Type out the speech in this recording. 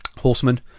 Horseman